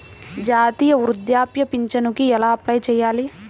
జాతీయ వృద్ధాప్య పింఛనుకి ఎలా అప్లై చేయాలి?